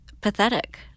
pathetic